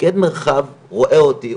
מפקד מרחב רואה אותי,